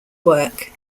work